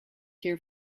here